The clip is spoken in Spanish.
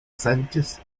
sánchez